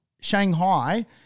Shanghai